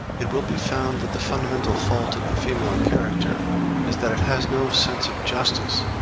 it will be found that the fundamental fault of the female character is that it has no sense of justice.